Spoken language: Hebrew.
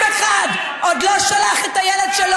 תודה רבה, חבר הכנסת.